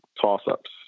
toss-ups